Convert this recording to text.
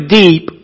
deep